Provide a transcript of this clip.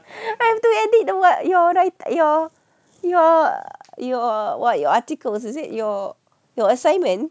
I have to edit the what your write your your your what your article is is it your your assignment